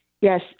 yes